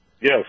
Yes